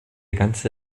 ganze